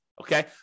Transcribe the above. okay